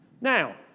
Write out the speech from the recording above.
Now